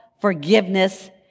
forgiveness